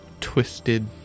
twisted